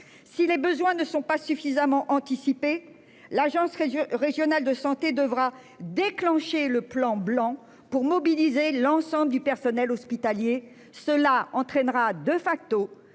Si les besoins ne sont pas suffisamment anticipé l'agence régionales de santé devra déclencher le plan blanc pour mobiliser l'ensemble du personnel hospitalier, cela entraînera de facto